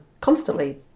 constantly